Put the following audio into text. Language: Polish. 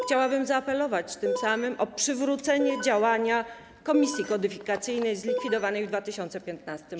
Chciałabym zaapelować tym samym o przywrócenie działania Komisji Kodyfikacyjnej zlikwidowanej w 2015 r.